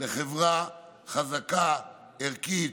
לחברה חזקה וערכית,